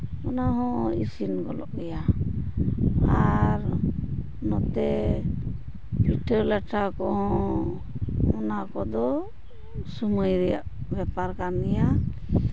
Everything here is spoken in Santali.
ᱚᱱᱟᱦᱚᱸ ᱤᱥᱤᱱ ᱜᱚᱫᱚᱜ ᱜᱮᱭᱟ ᱟᱨ ᱱᱚᱛᱮ ᱯᱤᱴᱷᱟᱹ ᱞᱟᱴᱷᱟ ᱠᱚᱦᱚᱸ ᱚᱱᱟ ᱠᱚᱫᱚ ᱥᱚᱢᱚᱭ ᱨᱮᱭᱟᱜ ᱵᱮᱯᱟᱨ ᱠᱟᱱ ᱜᱮᱭᱟ